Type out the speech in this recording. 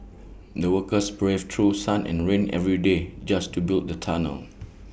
the workers braved through sun and rain every day just to build the tunnel